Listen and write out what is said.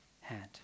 hand